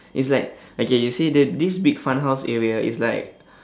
it's like okay you see the this big fun house area is like